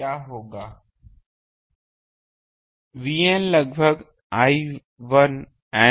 आप देखें यह Za यहाँ इस पक्ष समानांतर आएगा यह होगा यह 21 इसका मतलब है कि यह 2Za 2Zt इस के समानांतर होगा